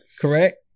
Correct